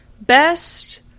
Best